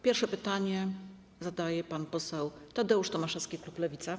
Pierwsze pytanie zadaje pan poseł Tadeusz Tomaszewski, klub Lewica.